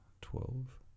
Twelve